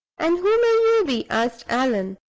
and who may you be? asked allan.